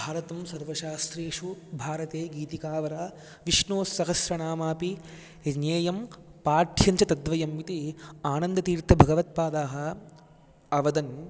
भारतं सर्वशास्त्रेषु भारते गीतिकावरः विष्णोसहस्रनामापि ज्ञेयं पाठ्यं च तद्वयम् इति आनन्दतीर्थभगवत्पादाः अवदन्